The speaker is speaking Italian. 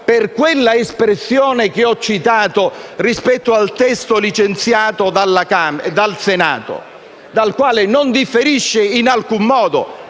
per quell'espressione che ho citato, rispetto al testo licenziato dal Senato, dal quale non differisce in alcun modo.